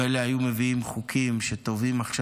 מילא היו מביאים חוקים שטובים עכשיו